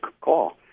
call